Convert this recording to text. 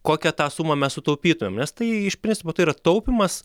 kokią tą sumą mes sutaupytumėm nes tai iš principo tai yra taupymas